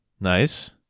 Nice